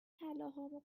طلاهامو